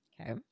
Okay